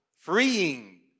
Freeing